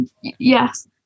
yes